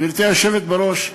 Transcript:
גברתי היושבת בראש,